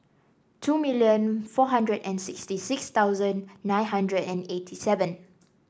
two million four hundred and sixty six thousand nine hundred and eighty seven